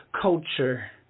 culture